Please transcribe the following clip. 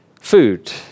food